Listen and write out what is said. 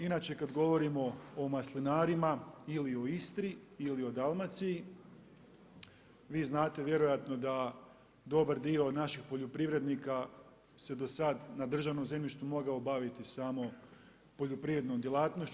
Inače kad govorimo o maslinarima ili o Istri ili o Dalmaciji vi znate vjerojatno da dobar dio naših poljoprivrednika se do sad na državnom zemljištu mogao baviti samo poljoprivrednom djelatnošću.